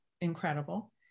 incredible